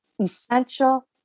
essential